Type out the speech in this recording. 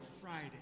Friday